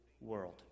world